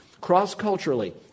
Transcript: cross-culturally